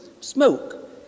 smoke